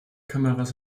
kameras